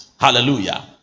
hallelujah